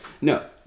No